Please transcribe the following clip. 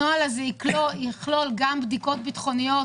הנוהל הזה יכלול גם בדיקות בטחוניות